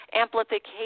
amplification